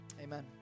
Amen